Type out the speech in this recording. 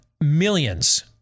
millions